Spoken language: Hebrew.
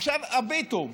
עכשיו, הביטו,